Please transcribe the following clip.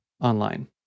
online